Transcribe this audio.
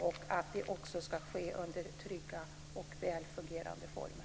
Detta ska ske under trygga och väl fungerande former.